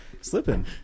slipping